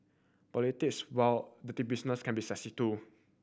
politics while dirty business can be sexy too